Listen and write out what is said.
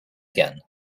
again